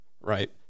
right